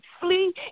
flee